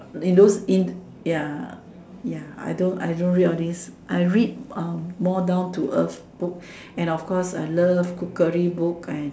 in those in ya ya I don't I don't read all these I read uh more down to earth book and of course I love cookery book and